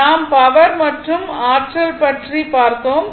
நாம் பவர் மற்றும் ஆற்றல் பற்றி பார்த்தோம்